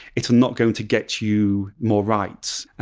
it's not going to get you more rights.